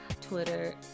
Twitter